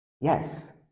Yes